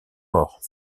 mort